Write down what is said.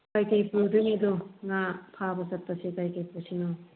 ꯀꯔꯤ ꯀꯔꯤ ꯄꯨꯗꯣꯏꯅꯣ ꯑꯗꯣ ꯉꯥ ꯐꯥꯕ ꯆꯠꯄꯁꯦ ꯀꯔꯤ ꯀꯔꯤ ꯄꯨꯁꯤꯅꯣ